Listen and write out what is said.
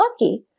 lucky